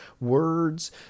words